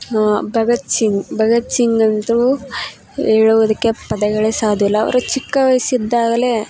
ಭಗತ್ ಸಿಂಗ್ ಭಗತ್ ಸಿಂಗ್ ಅಂತೂ ಹೇಳೋದಕ್ಕೆ ಪದಗಳೇ ಸಾಲುದಿಲ್ಲ ಅವರು ಚಿಕ್ಕ ವಯಸ್ಸಿದ್ದಾಗಲೇ